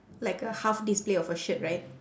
like a half display of a shirt right